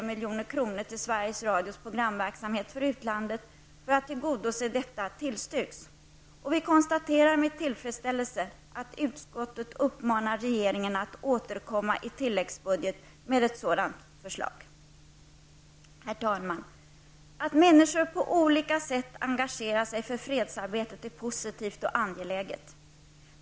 Sveriges Radios programverksamhet för utlandet för att tillgodose detta tillstyrks. Vi konstaterar också med tillfredsställelse att utskottet uppmanar regeringen att återkomma i tilläggsbudgeten med ett sådant förslag. Herr talman! Att människor på olika sätt engagerar sig för fredsarbetet är positivt och angeläget.